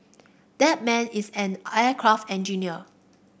that man is an aircraft engineer